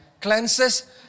cleanses